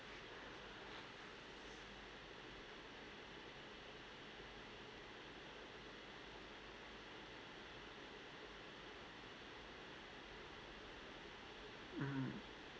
mm